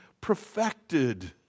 perfected